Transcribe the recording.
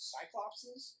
Cyclopses